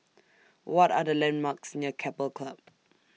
What Are The landmarks near Keppel Club